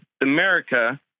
America